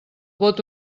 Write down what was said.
vot